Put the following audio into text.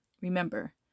Remember